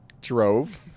Drove